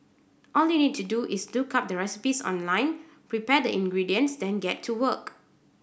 all you need to do is look up the recipes online prepare the ingredients then get to work